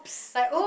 like !oop!